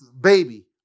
baby